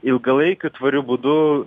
ilgalaikiu tvariu būdu